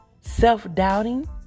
self-doubting